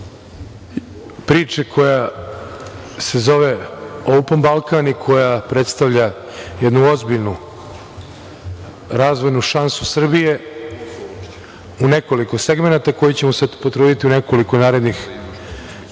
priče koja se zove – „Open Balkan“ i koja predstavlja jednu ozbiljnu razvojnu šansu Srbije, u nekoliko segmenata, koji ćemo se potruditi u nekoliko narednih minuta,